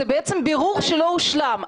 זה בעצם בירור שלא הושלם.